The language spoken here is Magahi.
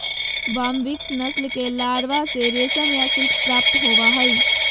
बाम्बिक्स नस्ल के लारवा से रेशम या सिल्क प्राप्त होबा हइ